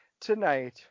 tonight